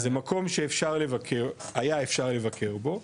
זה מקום שהיה אפשר לבקר בו,